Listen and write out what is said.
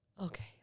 Okay